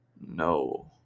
no